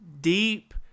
deep